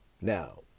Now